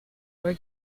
were